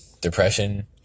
depression